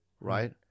right